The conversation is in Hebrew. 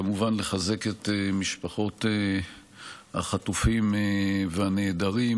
כמובן לחזק את משפחות החטופים והנעדרים